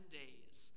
days